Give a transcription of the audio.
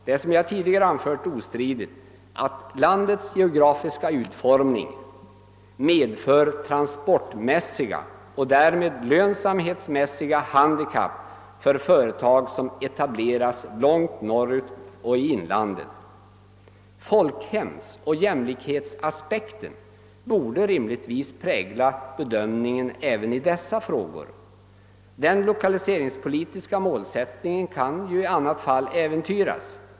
Det är, som jag tidigare anfört, ostridigt att landets geografiska form medför transportmässiga och därmed lönsamhetsmässiga handikapp för företag som etableras långt norrut och i inlandet. Folkhemsoch jämlikhetsaspekten borde «rimligtvis prägla bedömningen även av dessa frågor. Den lokaliseringspolitiska målsättningen kan i annat fall äventyras.